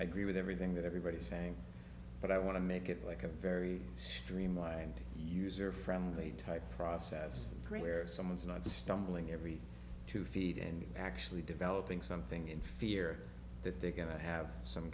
agree with everything that everybody is saying but i want to make it like a very streamlined user friendly type process where someone's not just stumbling every two feet and actually developing something in fear that they're going to have some